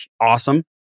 awesome